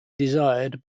desired